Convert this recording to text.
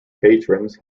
patrons